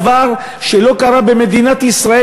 דבר שלא קרה במדינת ישראל,